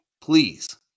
please